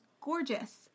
gorgeous